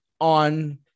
on